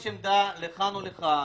יש עמדה לכאן או לכאן,